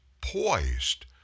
poised